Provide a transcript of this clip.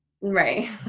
right